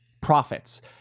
profits